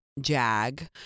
jag